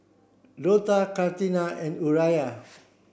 Dortha Katrina and Uriah